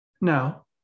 Now